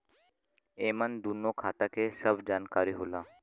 एमन दूनो खाता के सब जानकारी होला